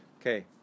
Okay